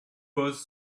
pose